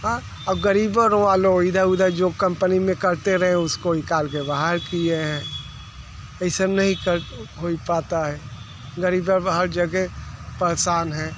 हाँ और ग़रीब बरो वालों इधर उधर जो कंपनी में करते रहे उसको निकाल दे रहा है किए हैं ऐसा नही करता होई पता है ग़रीबों को हर जगह परेशान है